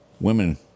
Women